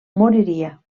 moriria